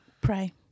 Pray